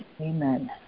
Amen